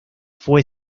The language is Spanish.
fue